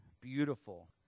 Beautiful